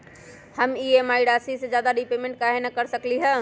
हम ई.एम.आई राशि से ज्यादा रीपेमेंट कहे न कर सकलि ह?